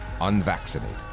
unvaccinated